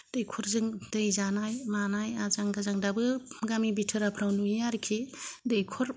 दैखरजों दै जानाय मानाय आजां गाजां दाबो गामि भित'राफोराव नुयो आरोखि दैखर